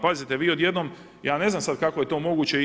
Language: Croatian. Pazite, vi odjednom, ja ne znam sad kako je to moguće.